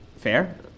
Fair